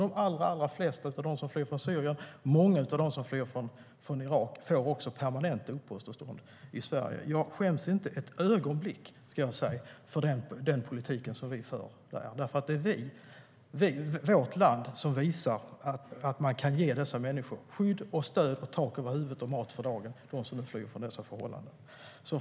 De allra flesta av dem som flyr från Syrien och många av dem som flyr från Irak får också permanent uppehållstillstånd i Sverige. Jag skäms inte ett ögonblick, ska jag säga, för den politik som vi för. Det är nämligen vårt land som visar att man kan ge dessa människor skydd, stöd, tak över huvudet och mat för dagen - det handlar om dem som nu flyr från dessa förhållanden.